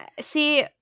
See